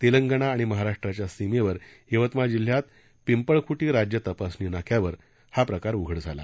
तेलंगणा व महाराष्ट्राच्या सीमेवर यवतमाळ जिल्ह्यात पिंपळखूटी राज्य तपासणी नाक्यावर हा प्रकार उघड झाला